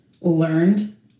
learned